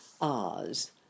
Oz